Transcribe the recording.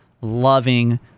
loving